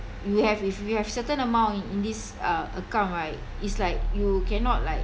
you have if you have certain amount in in this uh account right it's like you cannot like